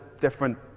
different